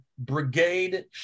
brigade